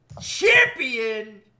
Champion